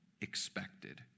expected